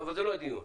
אבל זה לא הדיון,